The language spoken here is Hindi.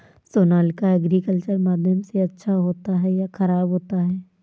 सोनालिका एग्रीकल्चर माध्यम से अच्छा होता है या ख़राब होता है?